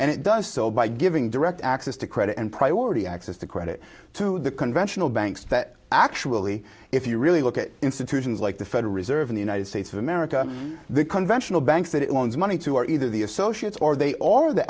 and it does so by giving direct access to credit and priority access to credit to the conventional banks that actually if you really look at institutions like the federal reserve in the united states of america the conventional banks that it loans money to are either the associates or they a